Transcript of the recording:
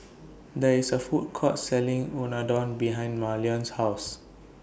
There IS A Food Court Selling Unadon behind Marlen's House